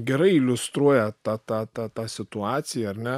gerai iliustruoja tą tą tą tą situaciją ar ne